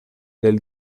del